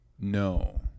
No